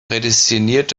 prädestiniert